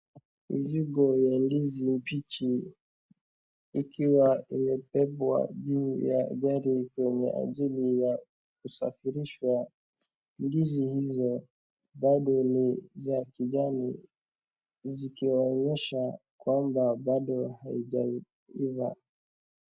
Mizigo ya ndizi mbichi ikiwa imebebwa juu ya gari kwenye ajili ya kusafirishwa. Ndizi hizo bado ni za kijani zikionyesha kwamba bado haijaiva.